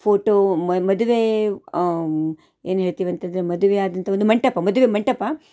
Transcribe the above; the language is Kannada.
ಫೋಟೋ ಮ ಮದುವೆ ಏನು ಹೇಳ್ತೀವಂತಂದರೆ ಮದುವೆ ಆದಂಥ ಒಂದು ಮಂಟಪ ಮದುವೆ ಮಂಟಪ